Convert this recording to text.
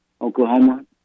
Oklahoma